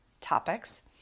topics